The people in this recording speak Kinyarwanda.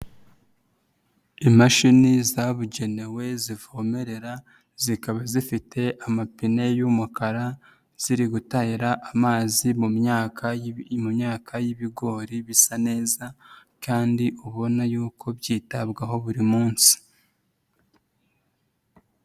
Imashini zabugenewe zivomerera zikaba zifite amapine y'umukara ziri gutera amazi mu myaka mu imyaka y'ibigori bisa neza kandi ubona y'uko byitabwaho buri munsi.